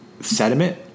sediment